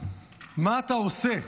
מה אתה עושה?